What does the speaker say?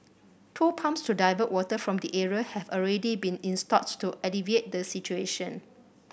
two pumps to divert water from the area have already been installed to alleviate the situation